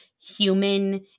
human